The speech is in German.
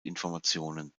informationen